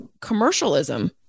commercialism